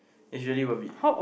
and it's really worth it